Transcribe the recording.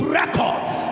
records